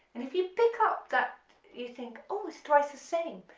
and if you pick up that you think, oh it's twice the same,